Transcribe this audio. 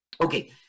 Okay